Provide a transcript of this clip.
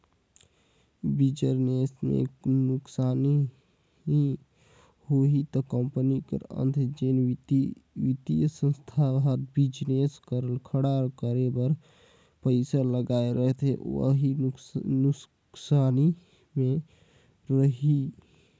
business में नुकसानी होही ता कंपनी कर संघे जेन बित्तीय संस्था हर बिजनेस ल खड़ा करे बर पइसा लगाए रहथे वहूं नुकसानी में रइही